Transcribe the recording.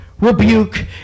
rebuke